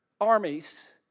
armies